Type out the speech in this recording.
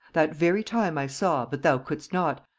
that very time i saw, but thou could'st not,